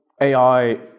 AI